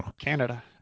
Canada